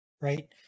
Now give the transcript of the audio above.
right